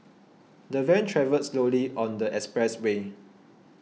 the van travelled slowly on the expressway